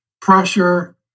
pressure